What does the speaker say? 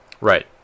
right